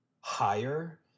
higher